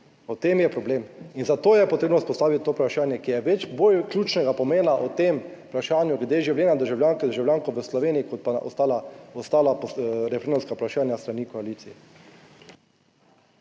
V tem je problem in zato je potrebno izpostaviti to vprašanje, ki je bolj ključnega pomena o tem vprašanju glede življenja državljank in državljanov v Sloveniji kot pa ostala referendumska vprašanja s strani koalicije.